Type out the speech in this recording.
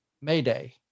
mayday